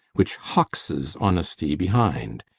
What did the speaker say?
which hoxes honesty behind,